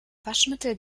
waschmittel